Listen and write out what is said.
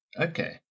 Okay